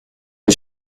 mes